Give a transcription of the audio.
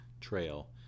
trail